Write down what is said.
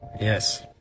Yes